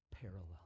parallel